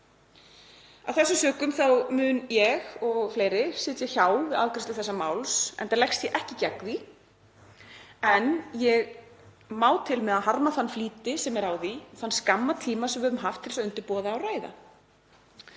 Af þessum sökum mun ég og fleiri sitja hjá við afgreiðslu þessa máls enda leggst ég ekki gegn því, en ég má til með að harma þann flýti sem er á því og þann skamma tíma sem við höfum haft til að undirbúa það og ræða.